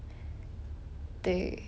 对